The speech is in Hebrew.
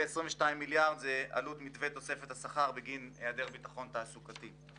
22 מיליארד היא עלות מתווה תוספת השכר בגין העדר ביטחון תעסוקתי.